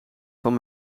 van